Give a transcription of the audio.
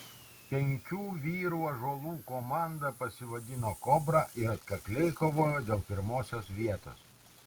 penkių vyrų ąžuolų komanda pasivadino kobra ir atkakliai kovojo dėl pirmosios vietos